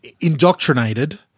indoctrinated